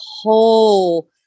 whole